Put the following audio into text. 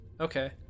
okay